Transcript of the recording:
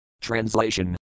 Translation